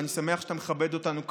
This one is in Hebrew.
ואני שמח שאתה מכבד אותנו כאן,